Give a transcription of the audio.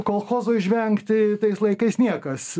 kolchozo išvengti tais laikais niekas